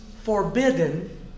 forbidden